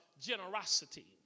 generosity